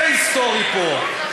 זה היסטורי פה.